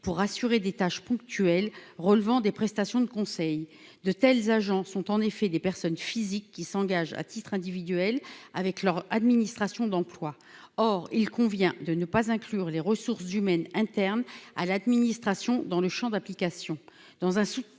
pour assurer des tâches ponctuelles relevant des prestations de conseil de tels agents sont en effet des personnes physiques qui s'engagent à titre individuel, avec leur administration d'emploi or il convient de ne pas inclure les ressources humaines internes à l'administration dans le Champ d'application